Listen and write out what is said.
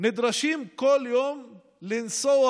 נדרשים לנסוע